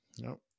No